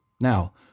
Now